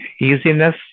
easiness